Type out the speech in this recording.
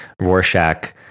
rorschach